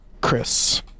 Chris